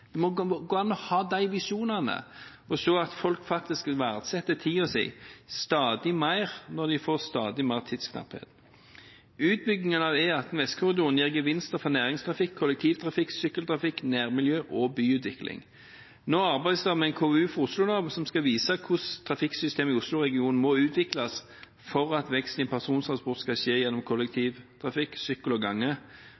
Det må gå an å ha de visjonene og se at folk faktisk vil verdsette tiden sin mer når de får stadig mer tidsknapphet. Utbyggingen av E18 Vestkorridoren gir gevinster for næringstrafikk, kollektivtrafikk, sykkeltrafikk, nærmiljø og byutvikling. Nå arbeides det med en KVU for Oslo-området, som skal vise hvordan trafikksystemet i Oslo-regionen må utvikles for at vekst i persontransport skal skje gjennom kollektivtrafikk,